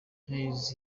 hayes